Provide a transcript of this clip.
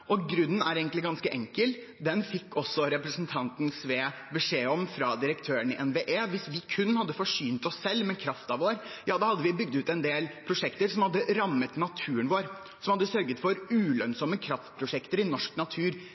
Grunnen er egentlig ganske enkel, og den fikk også representanten Sve beskjed om fra direktøren i NVE: Hvis vi kun hadde forsynt oss selv med kraften vår, hadde vi måttet bygge ut en del prosjekter som hadde rammet naturen vår, som hadde sørget for ulønnsomme kraftprosjekter i norsk natur.